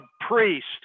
priest